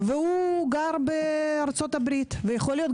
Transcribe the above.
גנדי, אתם יכולים לומר?